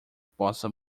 possa